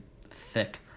thick